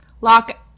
Lock